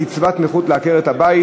קצבת נכות לעקרת-בית),